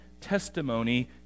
testimony